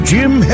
Jim